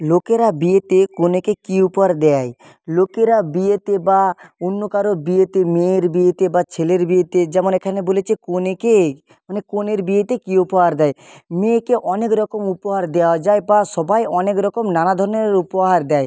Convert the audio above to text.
লোকেরা বিয়েতে কনেকে কী উপহার দেয় লোকেরা বিয়েতে বা অন্য কারোর বিয়েতে মেয়ের বিয়েতে বা ছেলের বিয়েতে যেমন এখানে বলেছে কনেকেই মানে কনের বিয়েতে কী উপহার দেয় মেয়েকে অনেক রকম উপকার দেওয়া যায় বা সবাই অনেক রকম নানা ধরনের উপহার দেয়